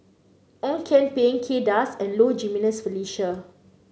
Ong Kian Peng Kay Das and Low Jimenez Felicia